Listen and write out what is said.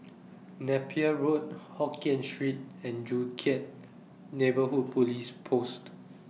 Napier Road Hokien Street and Joo Chiat Neighbourhood Police Post